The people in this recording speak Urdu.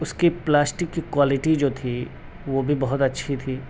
اس کی پلاسٹک کی کوالیٹی جو تھی وہ بھی بہت اچھی تھی